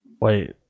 Wait